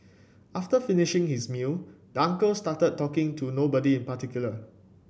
after finishing his meal the uncle started talking to nobody in particular